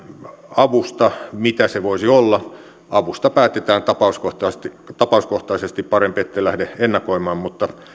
avusta mitä se voisi olla avusta päätetään tapauskohtaisesti tapauskohtaisesti parempi etten lähde ennakoimaan mutta